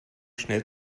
schnell